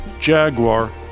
Jaguar